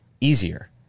easier